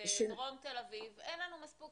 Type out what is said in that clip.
שבדרום תל-אביב אין לנו מספיק